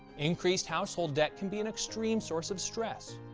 increased household debt can be an extreme source of stress,